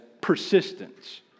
persistence